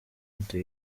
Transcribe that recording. into